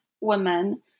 women